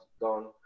done